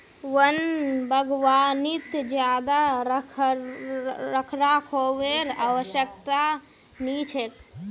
वन बागवानीत ज्यादा रखरखावेर आवश्यकता नी छेक